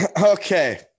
Okay